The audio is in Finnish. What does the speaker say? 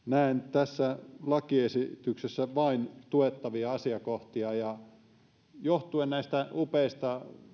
tässä lakiesityksessä vain tuettavia asiakohtia johtuen näistä upeista